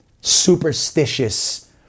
superstitious